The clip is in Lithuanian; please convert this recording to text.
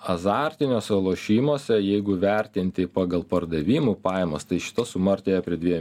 azartiniuose lošimuose jeigu vertinti pagal pardavimų pajamas tai šita suma artėja prie dviejų